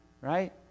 right